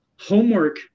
homework